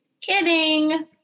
kidding